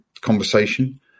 conversation